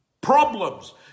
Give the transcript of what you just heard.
problems